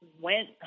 went